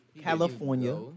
California